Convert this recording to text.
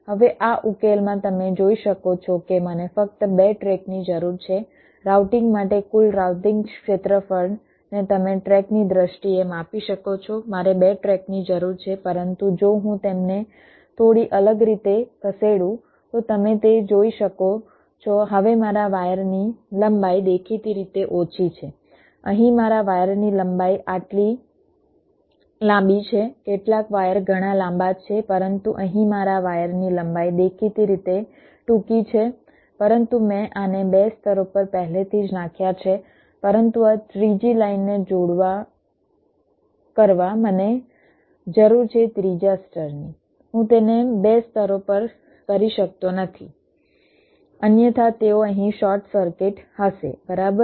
હવે આ ઉકેલમાં તમે જોઈ શકો છો કે મને ફક્ત 2 ટ્રેકની જરૂર છે રાઉટિંગ માટે કુલ રાઉટિંગ ક્ષેત્રફળને તમે ટ્રેકની દ્રષ્ટિએ માપી શકો છો મારે 2 ટ્રેકની જરૂર છે પરંતુ જો હું તેમને થોડી અલગ રીતે ખસેડું તો તમે તે જોઈ શકો છો હવે મારા વાયરની લંબાઈ દેખીતી રીતે ઓછી છે અહીં મારા વાયરની લંબાઈ આટલી લાંબી છે કેટલાક વાયર ઘણા લાંબા છે પરંતુ અહીં મારા વાયરની લંબાઈ દેખીતી રીતે ટૂંકી છે પરંતુ મેં આને 2 સ્તરો પર પહેલેથી જ નાખ્યા છે પરંતુ આ ત્રીજી લાઇનને જોડવા કરવા મને જરૂર છે ત્રીજા સ્તરની હું તેને 2 સ્તરો પર કરી શકતો નથી અન્યથા તેઓ અહીં શોર્ટ સર્કિટ હશે બરાબર